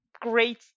great